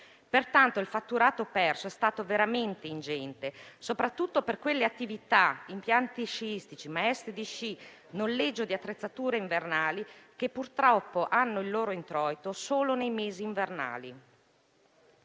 Pertanto, il fatturato perso è stato veramente ingente, soprattutto per quelle attività (impianti sciistici, maestri di sci, noleggio di attrezzature invernali) che purtroppo hanno il loro introito solo nei mesi invernali.